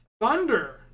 Thunder